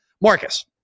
Marcus